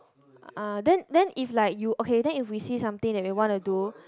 uh then then if like you okay then if we see something that we wanna do